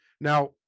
now